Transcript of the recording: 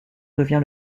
devient